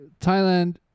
Thailand